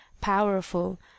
powerful